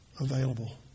available